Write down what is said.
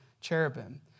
cherubim